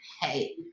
hey